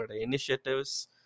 initiatives